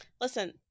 listen